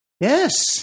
Yes